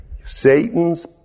Satan's